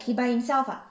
he by himself ah